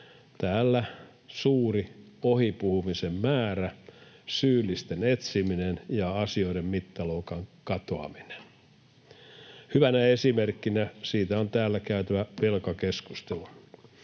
täällä suuri ohi puhumisen määrä, syyllisten etsiminen ja asioiden mittaluokan katoaminen. Hyvänä esimerkkinä siitä on täällä käyty velkakeskustelu.